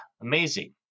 amazing